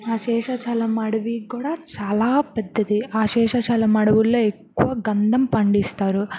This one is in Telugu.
ఆ శేషచలం అడవి కూడా చాలా పెద్దది ఆ శషాచలం అడవుల్లో ఎక్కువ గంధం పండిస్తారు